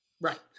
Right